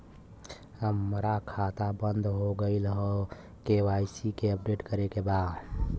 हमार खाता बंद हो गईल ह के.वाइ.सी अपडेट करे के बा?